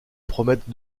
promettre